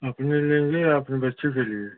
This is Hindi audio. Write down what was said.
अपने लेंगे या अपने बच्चे के लिए